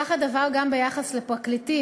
כך הדבר גם ביחס לפרקליטים,